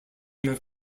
have